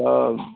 तो